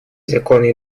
законные